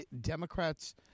Democrats